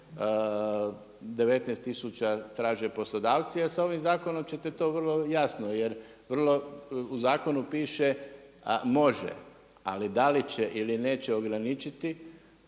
tisuća traže poslodavci, a sa ovim zakonom ćete to vrlo jasno jer u zakonu piše, a može, a da li će ili neće ograničiti,